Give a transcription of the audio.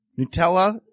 Nutella